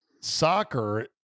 Soccer